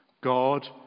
God